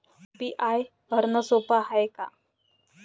UPI भरनं सोप हाय का?